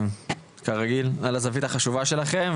כרגיל על הזווית החשובה שלכם,